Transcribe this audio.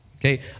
Okay